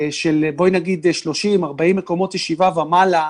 של 30-40 מקומות ישיבה ומעלה.